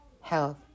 health